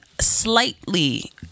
slightly